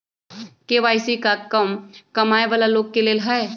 KYC का कम कमाये वाला लोग के लेल है?